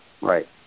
Right